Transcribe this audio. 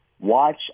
Watch